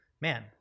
man